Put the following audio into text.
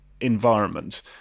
environment